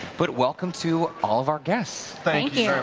but welcome to all of our guests. thank yeah